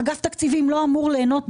אגף תקציבים לא אמור ליהנות,